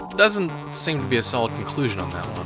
doesn't seem to be a solid conclusion on that one.